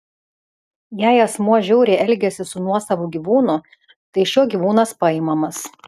jei asmuo žiauriai elgiasi su nuosavu gyvūnu tai iš jo gyvūnas paimamas